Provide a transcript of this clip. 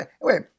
wait